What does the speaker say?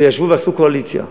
וישבו ועשו קואליציה.